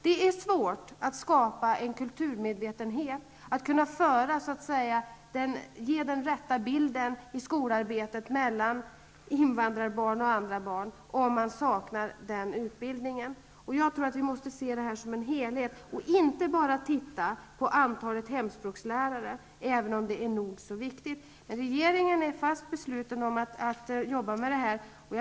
Det är svårt att skapa en kulturell medvetenhet och att i skolarbetet kunna ge den rätta bilden mellan invandrarbarn och andra barn om man saknar denna utbildning. Problemet måste ses som en helhet. Vi kan inte enbart se på antalet hemspråkslärare, även om det är nog så viktigt. Regeringen är fast besluten om att arbeta med denna fråga.